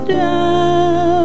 down